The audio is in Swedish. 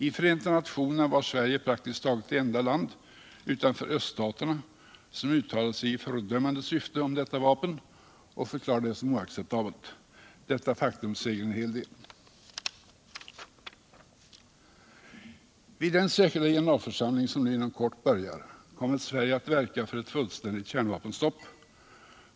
I Förenta nationerna var Sverige praktiskt taget det enda landet utanför öststaterna som uttalade sig i fördömande syfte om detta vapen och förklarade det som oacceptabelt. Detta faktum siger en hel del. I den särskilda generalförsamling som inom kort börjar kommer Sverige att verka för ett fullständigt kärnvapenstopp.